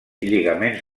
lligaments